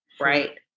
Right